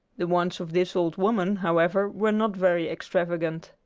the wants of this old woman, however, were not very extravagant.